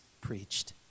preached